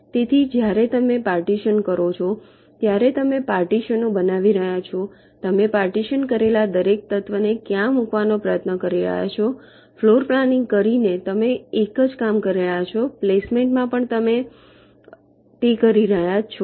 તેથી જ્યારે તમે પાર્ટીશન કરો છો ત્યારે તમે પાર્ટીશનો બનાવી રહ્યા છો તમે પાર્ટીશન કરેલા દરેક તત્વોને ક્યાંક મૂકવાનો પ્રયત્ન કરી રહ્યા છો ફ્લોર પ્લાનિંગ કરીને તમે એક જ કામ કરી રહ્યા છો પ્લેસમેન્ટ માં પણ તમે તે જ કરી રહ્યા છો